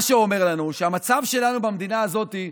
מה שאומר לנו שהמצב שלנו במדינה הזאת,